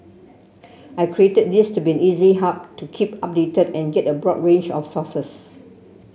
I created this to be easy hub to keep updated and get a broad range of sources